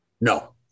No